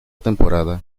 temporada